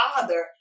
father